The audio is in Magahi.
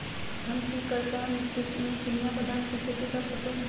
हम की करका मिट्टी में चिनिया बेदाम के खेती कर सको है?